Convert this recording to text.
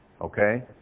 Okay